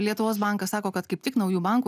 lietuvos bankas sako kad kaip tik naujų bankų